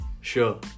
Sure